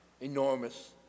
enormous